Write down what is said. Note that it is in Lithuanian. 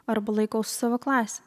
arba laikau su savo klase